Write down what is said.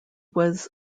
was